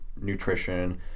nutrition